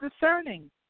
discerning